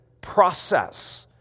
process